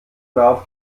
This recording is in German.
warf